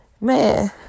man